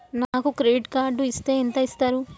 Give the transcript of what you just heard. నాకు credit card ఇస్తే ఎంత ఇస్తరు?